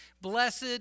Blessed